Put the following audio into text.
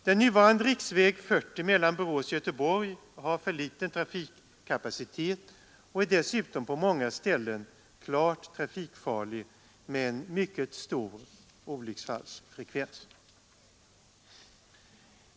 Den nuvarande riksväg 40 mellan Borås och Göteborg har för liten trafikkapacitet och är dessutom på många ställen klart trafikfarlig med en mycket stor olycksfrekvens.